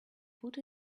put